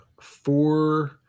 four